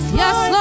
yes